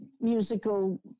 musical